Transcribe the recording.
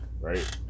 right